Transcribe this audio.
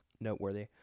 noteworthy